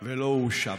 ולא הואשמתי.